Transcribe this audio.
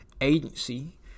agency